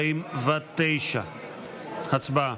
249. הצבעה.